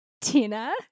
Tina